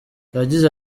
yagize